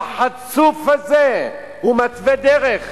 והחצוף הזה מתווה דרך.